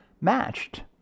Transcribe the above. Matched